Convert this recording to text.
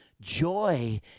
joy